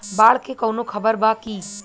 बाढ़ के कवनों खबर बा की?